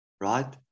right